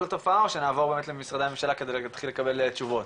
התופעה או שנעבור באמת למשרדי ממשלה כדי להתחיל לקבל תשובות?